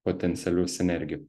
potencialių sinergijų